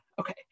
okay